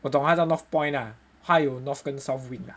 我懂他叫 North Point ah 还有 north 他有 south wing ah